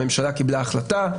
הממשלה קיבלה החלטה,